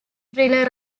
thriller